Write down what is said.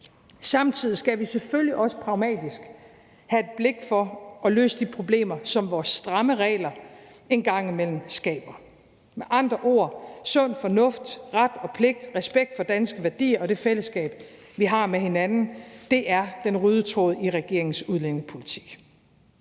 Samtidig skal vi selvfølgelig også pragmatisk have et blik for at løse de problemer, som vores stramme regler en gang imellem skaber. Med andre ord, sund fornuft, ret og pligt, respekt for danske værdier og det fællesskab, vi har med hinanden, er den røde tråd i regeringens udlændingepolitik.